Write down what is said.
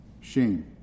shame